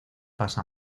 pasa